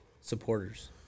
supporters